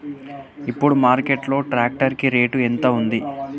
ఇప్పుడు మార్కెట్ లో ట్రాక్టర్ కి రేటు ఎంత ఉంది?